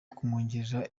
kumwongerera